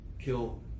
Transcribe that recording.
kill